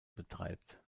betreibt